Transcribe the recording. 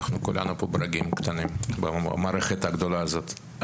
אנחנו כולנו כאן ברגים קטנים במערכת הגדולה הזאת.